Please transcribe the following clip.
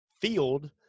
field